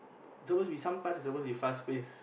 suppose to be some parts is suppose to be fast pace